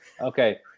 Okay